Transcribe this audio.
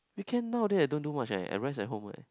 weekend nowaday I don't do much eh I rest at home eh